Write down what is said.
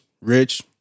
Rich